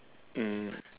mm